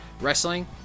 wrestling